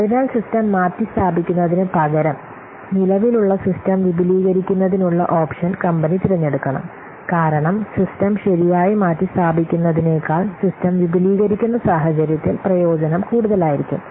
അതിനാൽ സിസ്റ്റം മാറ്റിസ്ഥാപിക്കുന്നതിനുപകരം നിലവിലുള്ള സിസ്റ്റം വിപുലീകരിക്കുന്നതിനുള്ള ഓപ്ഷൻ കമ്പനി തിരഞ്ഞെടുക്കണം കാരണം സിസ്റ്റം ശരിയായി മാറ്റിസ്ഥാപിക്കുന്നതിനേക്കാൾ സിസ്റ്റം വിപുലീകരിക്കുന്ന സാഹചര്യത്തിൽ പ്രയോജനം കൂടുതലായിരിക്കും